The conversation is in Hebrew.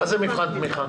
מה זה מבחן תמיכה?